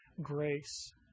grace